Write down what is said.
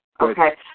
Okay